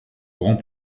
grand